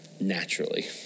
naturally